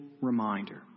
reminder